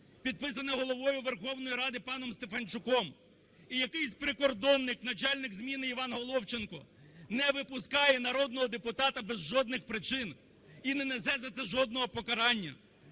підписане Головою Верховної Ради паном Стефанчуком. І якийсь прикордонник начальник зміни Іван Головченко не випускає народного депутата без жодних причин і не несе за це жодного покарання.